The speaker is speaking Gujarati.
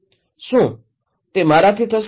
શું તે મારાથી થશે